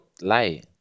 lie